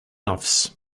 offs